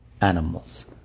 animals